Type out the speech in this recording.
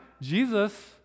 Jesus